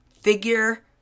figure